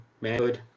manhood